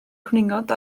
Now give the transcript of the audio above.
cwningod